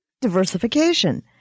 Diversification